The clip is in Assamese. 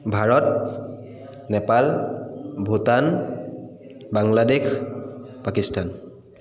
ভাৰত নেপাল ভূটান বাংলাদেশ পাকিস্তান